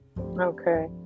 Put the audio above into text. okay